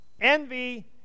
envy